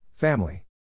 Family